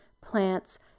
plants